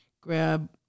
grab